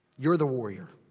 you're the warrior.